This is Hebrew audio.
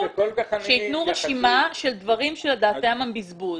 שייתן רשימה של דברים שלדעתו הם בזבוז.